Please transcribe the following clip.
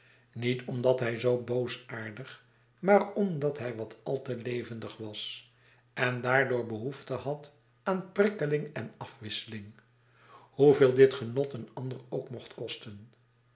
niet omdat hij zoo boosaardig maar omdat hij wat al te levendig was en daardoor behoefte had aan prikkeling en afwisseling hoeveel dit genot een ander ook mocht kosten